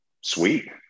Sweet